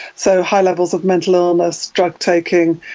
so, high levels of mental illness, drug taking,